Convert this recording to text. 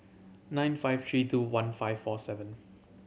nine five three two one five four seven